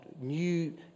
new